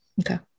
Okay